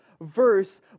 verse